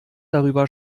darüber